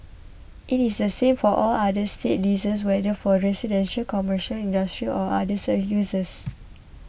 it is the same for all other state leases whether for residential commercial industrial or other so uses